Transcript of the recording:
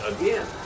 again